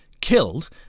killed